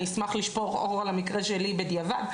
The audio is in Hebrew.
אני אשמח לשפוך אור על המקרה שלי בדיעבד,